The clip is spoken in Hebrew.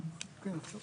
תן לו לסיים.